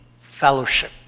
fellowship